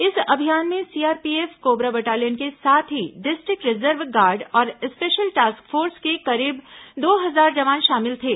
इस अभियान में सीआरपीएफ कोबरा बटालियन के साथ ही डिस्ट्रिक्ट रिजर्व गार्ड और स्पेशल टॉस्क फोर्स के करीब दो हजार जवान शामिल थे